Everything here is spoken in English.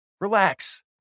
Relax